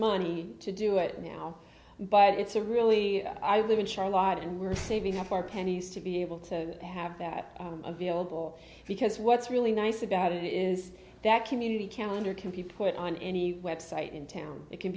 money to do it now but it's a really i live in charlotte and we're saving up our pennies to be able to have that available because what's really nice about it is that community calendar can be put on any web site in town it can